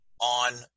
on